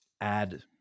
add